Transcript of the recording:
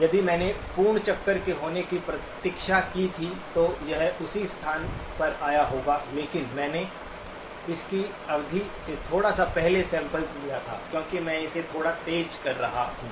यदि मैंने पूर्ण चक्कर के होने की प्रतीक्षा की थी तो यह उसी स्थान पर आया होगा लेकिन मैंने इसकी अवधि से थोड़ा सा पहले सैम्पल्स लिया था क्योंकि मैं इसे थोड़ा तेज़ कर रहा हूँ